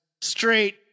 straight